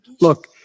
Look